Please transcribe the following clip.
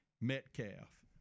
Metcalf